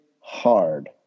hard